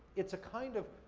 it's a, kind of,